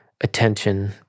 attention